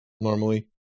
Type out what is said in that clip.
normally